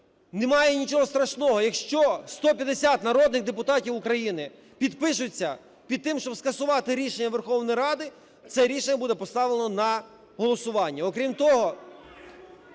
Немає нічого страшного, якщо 150 народних депутатів України підпишуться під тим, щоб скасувати рішення Верховної Ради, це рішення буде поставлено на голосування.